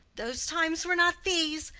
those times were not these,